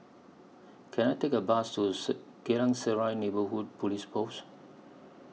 Can I Take A Bus to Geylang Serai Neighbourhood Police Post